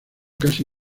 casi